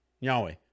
Yahweh